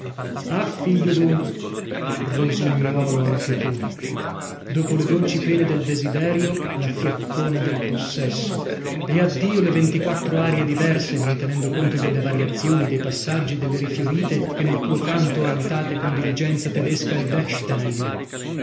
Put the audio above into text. ah figlio d'un rosignuolo anche tu dopo le dolci pene del desiderio la fiaccona del possesso e addio le ventiquattro arie diverse non tenendo conto delle variazioni dei passaggi delle rifiorite che nel tuo canto ha notate con diligenza tedesca il bechstein